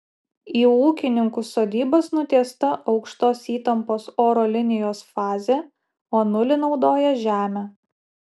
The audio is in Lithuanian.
į ūkininkų sodybas nutiesta aukštos įtampos oro linijos fazė o nulį naudoja žemę